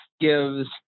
gives